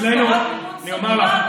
מימון סודיות,